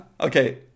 Okay